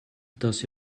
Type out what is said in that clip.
dass